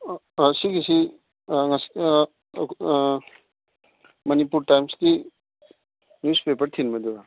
ꯁꯤꯒꯤꯁꯤ ꯃꯅꯤꯄꯨꯔ ꯇꯥꯏꯝꯁꯀꯤ newspaper ꯊꯤꯟꯕꯗꯨꯔꯥ